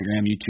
YouTube